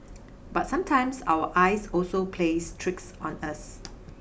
but sometimes our eyes also plays tricks on us